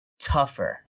tougher